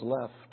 left